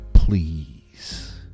please